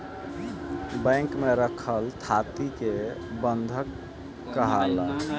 bank में रखल थाती के बंधक काहाला